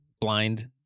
blind